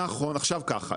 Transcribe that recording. אני עכשיו בפרקטיקה.